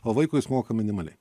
o vaikui jis moka minimaliai